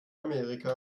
amerika